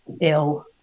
ill